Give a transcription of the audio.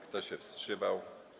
Kto się wstrzymał?